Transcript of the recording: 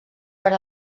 per